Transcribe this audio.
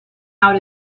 out